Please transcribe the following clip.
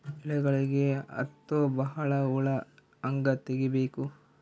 ಎಲೆಗಳಿಗೆ ಹತ್ತೋ ಬಹಳ ಹುಳ ಹಂಗ ತೆಗೀಬೆಕು?